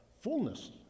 fullness